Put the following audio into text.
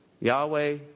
Yahweh